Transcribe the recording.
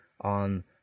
on